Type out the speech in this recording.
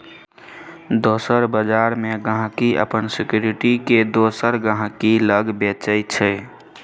दोसर बजार मे गांहिकी अपन सिक्युरिटी केँ दोसर गहिंकी लग बेचय छै